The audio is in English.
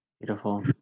beautiful